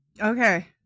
Okay